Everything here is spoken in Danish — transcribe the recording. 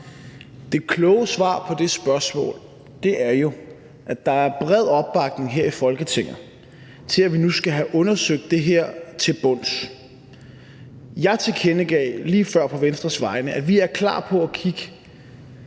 Det kloge svar på det spørgsmål er jo, at der er bred opbakning her i Folketinget til, at vi nu skal have undersøgt det her til bunds. Jeg tilkendegav lige før på Venstres vegne, at vi er klar til at kigge